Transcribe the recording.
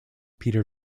peter